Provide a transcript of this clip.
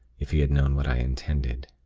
if he had known what i intended.